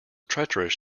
treacherous